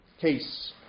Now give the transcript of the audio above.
case